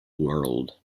world